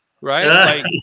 right